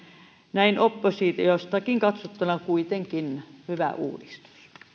näin oppositiostakin katsottuna kuitenkin hyvä uudistus